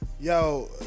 Yo